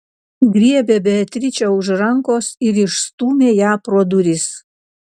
griebė beatričę už rankos ir išstūmė ją pro duris